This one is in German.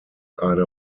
eine